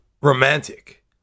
romantic